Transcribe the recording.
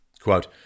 quote